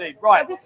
Right